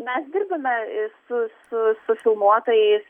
mes dirbame su su su filmuotojais